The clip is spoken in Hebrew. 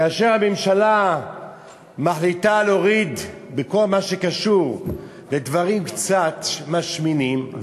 כאשר הממשלה מחליטה להוריד בכל מה שקשור בדברים קצת משמינים,